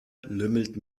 lümmelt